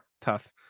tough